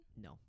No